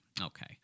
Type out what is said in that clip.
Okay